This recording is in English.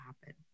happen